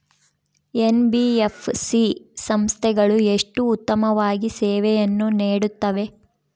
NBFC ಸಂಸ್ಥೆಗಳು ಎಷ್ಟು ಉತ್ತಮವಾಗಿ ಸೇವೆಯನ್ನು ನೇಡುತ್ತವೆ?